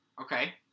Okay